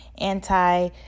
anti